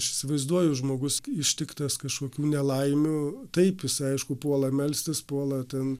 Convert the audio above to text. aš įsivaizduoju žmogus ištiktas kažkokių nelaimių taip jis aišku puola melstis puola ten